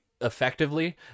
effectively